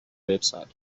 website